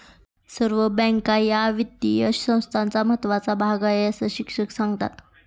सर्व बँका या वित्तीय संस्थांचा महत्त्वाचा भाग आहेत, अस शिक्षक सांगतात